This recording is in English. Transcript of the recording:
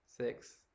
six